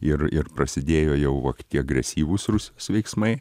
ir ir prasidėjo jau tie agresyvūs rusijos veiksmai